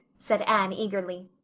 said anne eagerly.